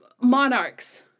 monarchs